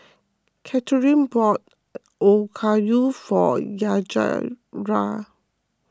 Catharine bought Okayu for Yajaira